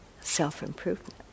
self-improvement